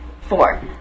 Four